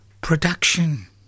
production